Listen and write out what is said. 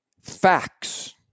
Facts